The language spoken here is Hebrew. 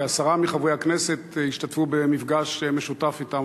כעשרה מחברי הכנסת השתתפו במפגש משותף אתם.